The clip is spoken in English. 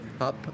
up